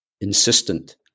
insistent